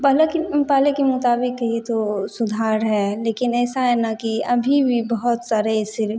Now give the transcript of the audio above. पहले के पहले के मुताबिक ही तो सुधार है लेकिन ऐसा है ना कि अभी भी बहुत सारे ऐसे